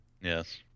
Yes